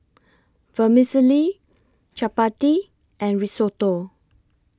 Vermicelli Chapati and Risotto